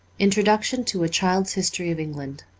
inlrodiiction to a child's history of england.